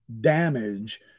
damage